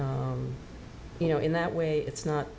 you know in that way it's not